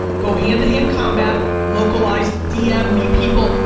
go hand to hand combat, localized, dm, meet people,